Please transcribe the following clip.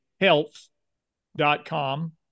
health.com